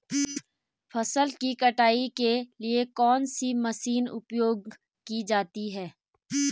फसल की कटाई के लिए कौन सी मशीन उपयोग की जाती है?